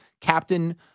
captain